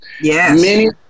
yes